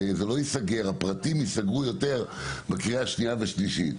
הרי זה לא ייסגר והפרטים ייסגרו בקריאה שנייה ושלישית.